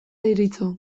deritzo